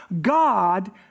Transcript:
God